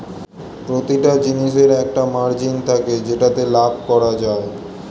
প্রতিটি জিনিসের একটা মার্জিন থাকে যেটাতে লাভ করা যায়